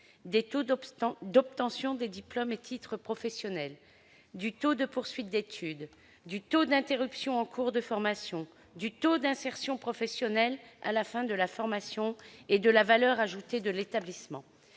le taux d'obtention des diplômes ou titres professionnels, le taux de poursuite d'études, le taux d'interruption en cours de formation, le taux d'insertion professionnelle à la fin de la formation et la valeur ajoutée de l'établissement.